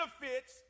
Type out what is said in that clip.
benefits